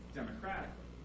democratically